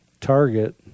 Target